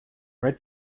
red